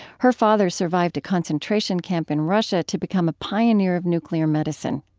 her father survived a concentration camp in russia to become a pioneer of nuclear medicine.